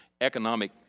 economic